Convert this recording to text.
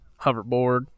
Hoverboard